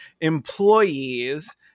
employees